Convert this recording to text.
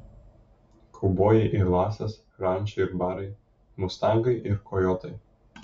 kaubojai ir lasas ranča ir barai mustangai ir kojotai